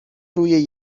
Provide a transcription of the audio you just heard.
روی